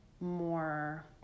more